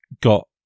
got